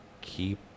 keep